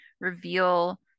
reveal